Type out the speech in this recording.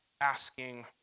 asking